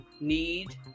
need